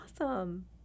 awesome